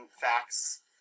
facts